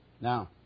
Now